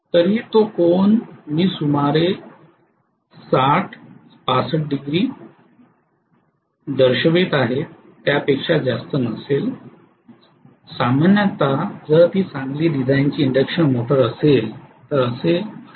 तरीही तो कोन मी सुमारे 65 डिग्री दर्शवित आहे हा त्यापेक्षा जास्त असेल सामान्यत जर ती चांगली डिझाइनची इंडक्शन मोटर असेल तर असे असू शकत नाही